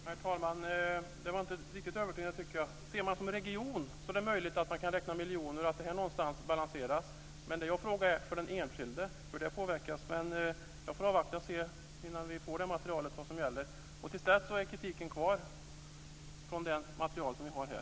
Herr talman! Jag tycker inte att det beskedet var riktigt övertygande. För regionen som helhet är det möjligt att man kan räkna miljoner på så sätt att det blir en balans, men min fråga gäller hur den enskilde påverkas. Jag får avvakta tills vi får materialet och kan se vad som gäller. Till dess står kritiken på grundval av det nuvarande materialet kvar.